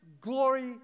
glory